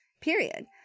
period